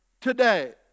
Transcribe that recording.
today